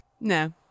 No